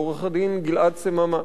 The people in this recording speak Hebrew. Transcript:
לעורך-הדין גלעד סממה,